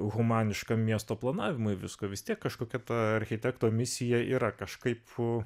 humaniškam miesto planavimui visko vis tiek kažkokia architekto misija yra kažkaip